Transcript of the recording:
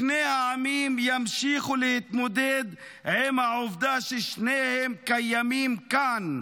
שני העמים ימשיכו להתמודד עם העובדה ששניהם קיימים כאן,